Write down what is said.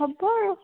হ'ব আৰু